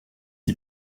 s’y